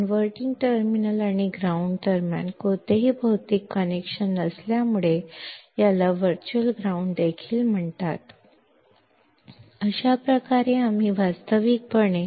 inverting terminal ಮತ್ತು ground ನಡುವೆ ಯಾವುದೇ ಭೌತಿಕ ಸಂಪರ್ಕವಿಲ್ಲದ ಕಾರಣ ಇದನ್ನು ವರ್ಚುವಲ್ ಗ್ರೌಂಡ್ ಎಂದೂ ಕರೆಯುತ್ತಾರೆ